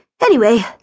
Anyway